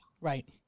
Right